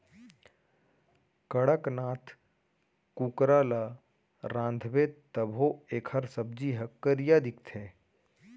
कड़कनाथ कुकरा ल रांधबे तभो एकर सब्जी ह करिया दिखथे